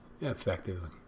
effectively